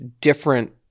different